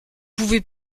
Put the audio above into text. pouvez